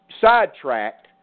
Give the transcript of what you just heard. sidetracked